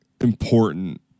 important